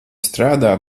strādā